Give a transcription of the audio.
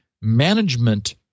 management